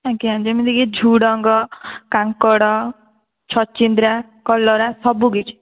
ଆଜ୍ଞା ଯେମିତିକି ଝୁଡ଼ଙ୍ଗ କାଙ୍କଡ଼ ଛଚିନ୍ଦ୍ରା କଲରା ସବୁକିଛି